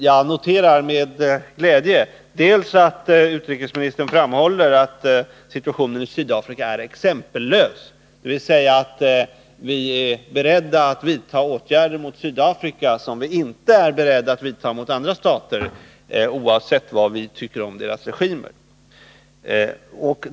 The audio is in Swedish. Jag noterar med glädje att utrikesministern framhåller att situationen i Sydafrika är exempellös, dvs. att vi är beredda att vidta åtgärder mot Sydafrika som vi inte är beredda att vidta mot andra stater, oavsett vad vi tycker om deras regimer.